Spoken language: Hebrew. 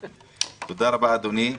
תודה רבה, אדוני.